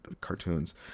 cartoons